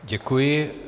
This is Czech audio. Děkuji.